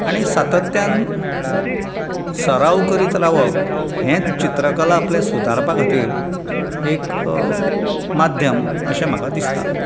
आनी सातत्यान सराव करीत रावप हें चित्रकला आपलें सुदारपा खातीर एक माध्यम अशें म्हाका दिसता